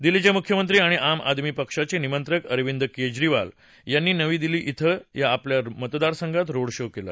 दिल्लीचे मुख्यमंत्री आणि आम आदमी पक्षाचे निमंत्रक अरविंद केजरीवाल यांनी नवी दिल्ली या आपल्या मतदारसंघात रोड शो केला